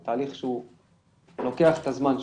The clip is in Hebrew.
זה תהליך שלוקח את הזמן שלו.